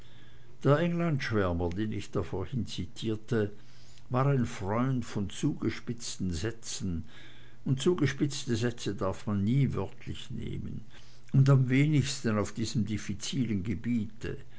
englandschwärmer den ich da vorhin zitierte war ein freund von zugespitzten sätzen und zugespitzte sätze darf man nie wörtlich nehmen und am wenigsten auf diesem diffizilen gebiete